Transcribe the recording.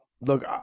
Look